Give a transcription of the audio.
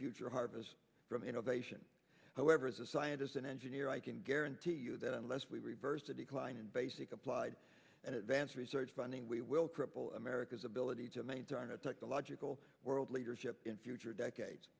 innovation however as a scientist and engineer i can guarantee you that unless we reverse a decline in basic applied and advanced research funding we will cripple america's ability to maintain a technological world leadership in future decades